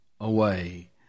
away